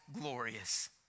glorious